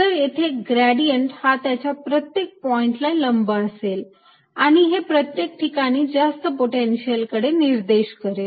तर येथे ग्रेडियंट हा याच्या प्रत्येक पॉइंटला लंब असेल आणि हे प्रत्येक ठिकाणी जास्त पोटेन्शिअल कडे निर्देश करेल